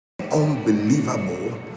unbelievable